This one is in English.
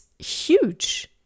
huge